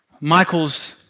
Michael's